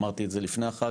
אמרתי את זה לפני החג,